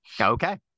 okay